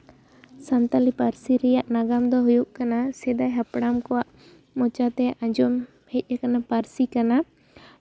ᱥᱟᱱᱛᱟᱞᱤ ᱯᱟᱹᱨᱥᱤ ᱨᱮᱭᱟᱜ ᱱᱟᱜᱟᱢ ᱫᱚ ᱦᱩᱭᱩᱜ ᱠᱟᱱᱟ ᱥᱮᱫᱟᱭ ᱦᱟᱯᱲᱟᱢ ᱠᱚᱣᱟᱜ ᱢᱚᱪᱟᱛᱮ ᱟᱸᱡᱚᱢ ᱦᱮᱡ ᱟᱠᱟᱱᱟ ᱯᱟᱹᱨᱥᱤ ᱠᱟᱱᱟ